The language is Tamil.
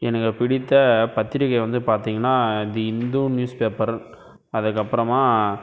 எனக்கு பிடித்த பத்திரிகை வந்து பார்த்திங்கன்னா அது இந்து நியூஸ் பேப்பர் அதுக்கப்புறமா